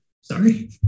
Sorry